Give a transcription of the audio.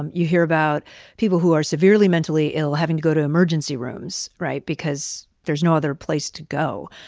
um you hear about people who are severely mentally ill having to go to emergency rooms, right, because there's no other place to go.